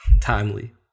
timely